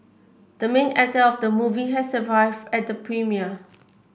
the main actor of the movie has arrived at the premiere